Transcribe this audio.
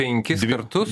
penkis kartus